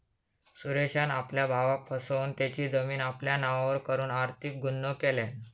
सुरेशान आपल्या भावाक फसवन तेची जमीन आपल्या नावार करून आर्थिक गुन्हो केल्यान